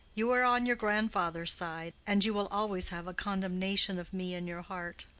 you are on your grandfather's side, and you will always have a condemnation of me in your heart.